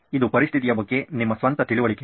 ಇದು ಪರಿಸ್ಥಿತಿಯ ಬಗ್ಗೆ ನಿಮ್ಮ ಸ್ವಂತ ತಿಳುವಳಿಕೆ